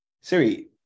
Siri